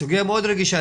זו סוגיה מאוד רגישה.